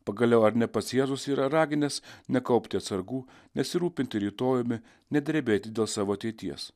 pagaliau ar ne pats jėzus yra raginęs nekaupti atsargų nesirūpinti rytojumi nedrebėti dėl savo ateities